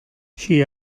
she